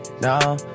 No